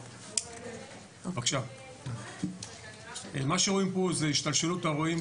מה שרואים פה זה השתלשלות האירועים